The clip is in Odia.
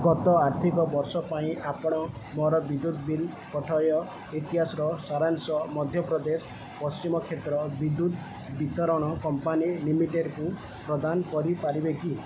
ଗତ ଆର୍ଥିକ ବର୍ଷ ପାଇଁ ଆପଣ ମୋର ବିଦ୍ୟୁତ ବିଲ୍ ପଠୟ ଇତିହାସର ସାରାଂଶ ମଧ୍ୟପ୍ରଦେଶ ପଶ୍ଚିମ କ୍ଷେତ୍ର ବିଦ୍ୟୁତ ବିତରଣ କମ୍ପାନୀ ଲିମିଟେଡ଼୍କୁ ପ୍ରଦାନ କରିପାରିବେ କି